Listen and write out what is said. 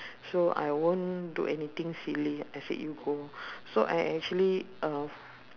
so I won't do anything silly I said you go so I actually uh